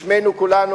בשמנו כולנו,